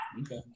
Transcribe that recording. Okay